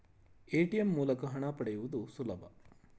ATM ಮೂಲಕ ಹಣ ಪಡೆಯುವುದು ಸುಲಭ